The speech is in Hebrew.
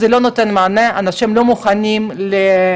זה לא נותן מענה, אנשים לא מוכנים להליך,